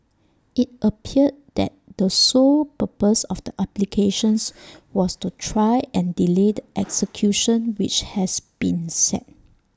IT appeared that the sole purpose of the applications was to try and delay the execution which has been set